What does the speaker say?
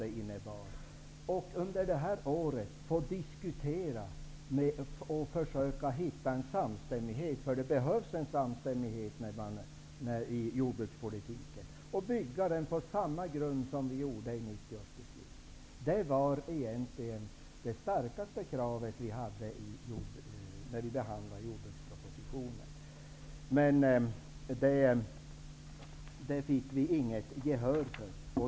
Vi ville under det här året diskutera och försöka hitta en samstämmighet -- det behövs nämligen en samstämmighet kring jordbrukspolitiken -- och bygga den på samma grund som vi gjorde i 1990 års beslut. Det var egentligen det starkaste kravet som vi hade när vi behandlade jordbrukspropositionen. Men det fick vi inget gehör för.